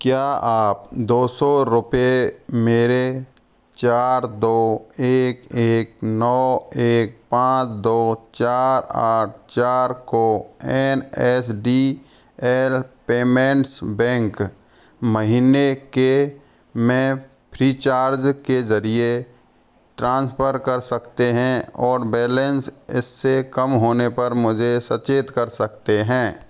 क्या आप दो सौ रुपये मेरे चार दो एक एक नौ एक पाँच दो चार आठ चार को N S D L payments bank महीने के में फ़्री चार्ज के ज़रिए ट्रांसफ़र कर सकते हैं और बैलेंस इससे कम होने पर मुझे सचेत कर सकते हैं